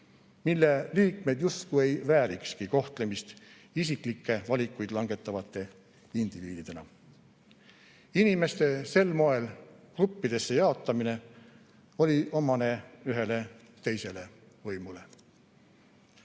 mille liikmed justkui ei väärikski kohtlemist isiklikke valikuid langetavate indiviididena. Inimeste sel moel gruppidesse jaotamine oli omane ühele teisele